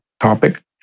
topic